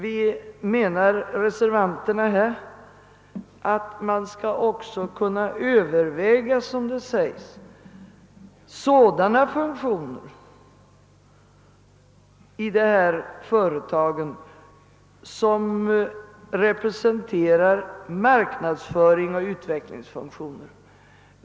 Vi reservanter menar att det bör övervägas på vilket sätt marknadsföringsoch utvecklingsfunktioner ytterligare kan stödjas.